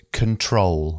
control